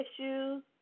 issues